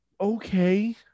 Okay